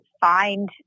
find